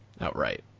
Outright